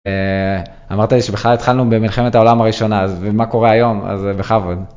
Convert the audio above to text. אמרת לי שבכלל התחלנו במלחמת העולם הראשונה אז מה קורה היום? אז בכבוד...